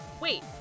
Wait